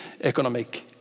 economic